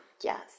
Yes